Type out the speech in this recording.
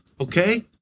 okay